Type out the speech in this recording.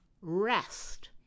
rest